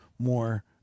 more